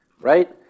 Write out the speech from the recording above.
right